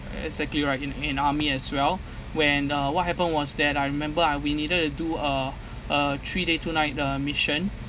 exactly right in in army as well when uh what happened was that I remember ah we needed to do a a three day two night uh mission